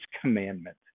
commandment